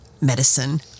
medicine